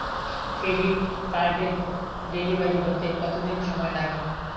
Credit কার্ডের delivery হতে কতদিন সময় লাগে?